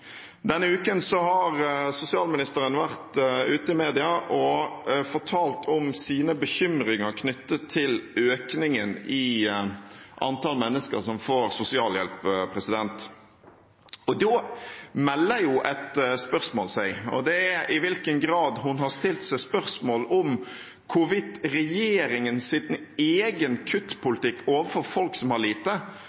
Denne uken har sosialministeren vært ute i media og fortalt om sine bekymringer knyttet til økningen i antall mennesker som får sosialhjelp. Da melder jo et spørsmål seg, og det er i hvilken grad hun har stilt seg spørsmål om hvorvidt